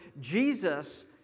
Jesus